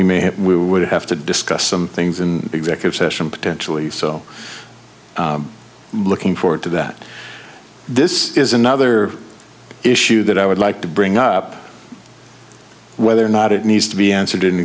we may have we would have to discuss some things in executive session potentially so looking forward to that this is another issue that i would like to bring up whether or not it needs to be answered